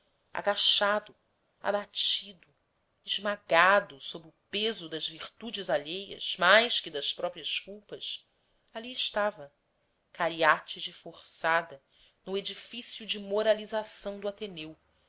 agachado abatido esmagado sob o peso das virtudes alheias mais que das próprias culpas ali estava cariátide forçada no edifício de moralização do ateneu